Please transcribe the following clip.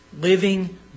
Living